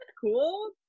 cool